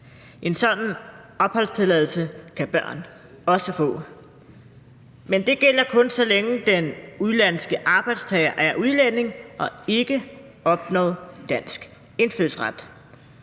En sådan opholdstilladelse kan børn også få. Men det gælder kun, så længe den udenlandske arbejdstager er udlænding og ikke har opnået dansk indfødsret.